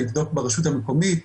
לבדוק ברשות המקומית,